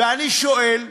אני שואל,